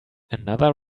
another